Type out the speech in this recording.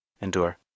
endure